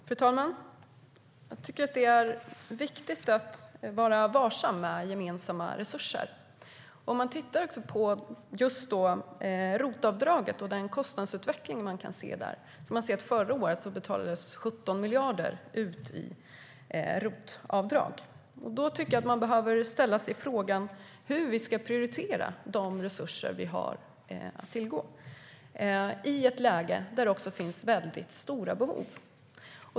Fru talman! Jag tycker att det är viktigt att vara varsam med gemensamma resurser. Om man tittar på ROT-avdraget och den kostnadsutveckling som man kan se där ser man att det under förra året betalades ut 17 miljarder i ROT-avdrag. Då tycker jag att man behöver ställa sig frågan hur vi ska prioritera de resurser som vi har att tillgå i ett läge där det också finns mycket stora behov.